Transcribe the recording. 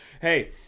Hey